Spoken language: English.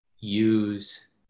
use